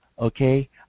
okay